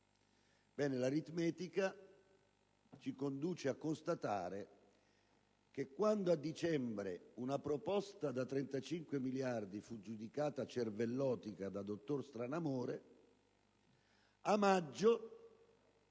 l'aritmetica ci conduce a constatare che se a dicembre una proposta da 35 miliardi di euro fu giudicata cervellotica e da dottor Stranamore, a maggio